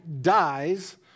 dies